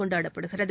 கொண்டாடப்படுகிறது